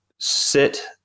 sit